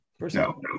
No